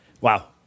Wow